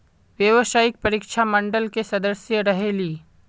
व्यावसायिक परीक्षा मंडल के सदस्य रहे ली?